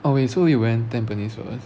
okay so you went tampines one